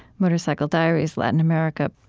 motorcycle diaries latin america.